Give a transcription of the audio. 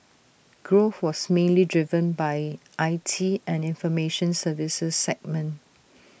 growth was mainly driven by I T and information services segment